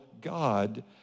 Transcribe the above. God